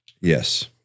Yes